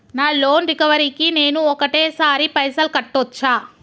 నా loan recovery కి నేను ఒకటేసరి పైసల్ కట్టొచ్చా?